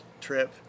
trip